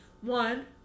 one